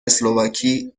اسلواکی